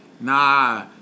Nah